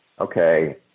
okay